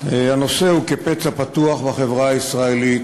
הנושא הוא כפצע פתוח בחברה הישראלית,